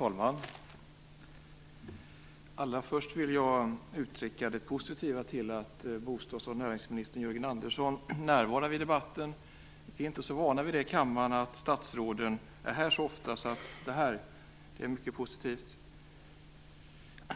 Herr talman! Först vill jag uttrycka det positiva i att bostads och näringsminister Jörgen Andersson närvarar vid debatten. Vi är inte så vana vid att statsråden närvarar i kammaren så ofta.